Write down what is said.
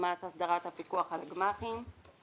שנדרשת אך ורק לגמ"חים.